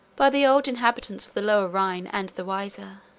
by the old inhabitants of the lower rhine and the weser.